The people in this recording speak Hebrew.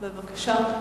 בבקשה.